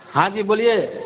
हाँ जी बोलिए